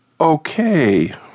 Okay